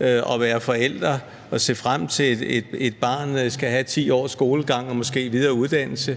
at være forældre og se frem til, at ens barn skal have 10 års skolegang og måske videre i uddannelse